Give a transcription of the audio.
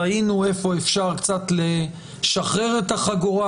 ראינו איפה אפשר קצת לשחרר את החגורה,